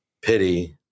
pity